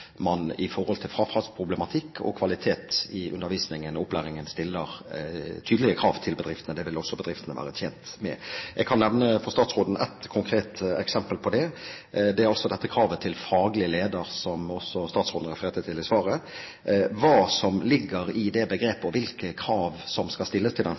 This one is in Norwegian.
man med tanke på frafallsproblematikk og kvalitet i undervisningen og opplæringen stiller tydelige krav til bedriftene. Det vil også bedriftene være tjent med. Jeg kan nevne for statsråden ett konkret eksempel på det. Det er dette kravet til faglig leder, som statsråden også refererte til i svaret. Hva som ligger i det begrepet, hvilke krav som skal stilles til den faglige leder, er veldig diffust for dem